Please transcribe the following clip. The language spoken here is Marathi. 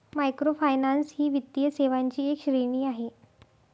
मायक्रोफायनान्स ही वित्तीय सेवांची एक श्रेणी आहे